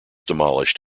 demolished